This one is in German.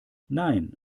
nein